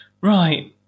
Right